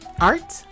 art